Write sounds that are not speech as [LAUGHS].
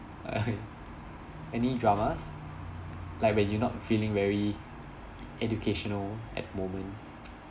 [LAUGHS] any dramas like when you not feeling very educational at the moment